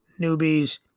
newbies